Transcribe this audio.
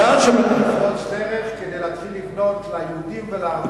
לפרוץ דרך כדי להתחיל לבנות ליהודים ולערבים.